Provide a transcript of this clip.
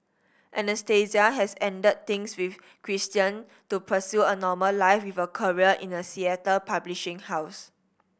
Anastasia has ended things with Christian to pursue a normal life with a career in a Seattle publishing house